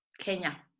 Kenya